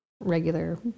regular